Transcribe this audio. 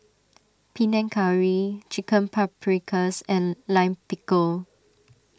Panang Curry Chicken Paprikas and Lime Pickle